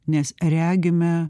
nes regime